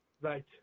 Right